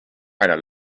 einer